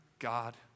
God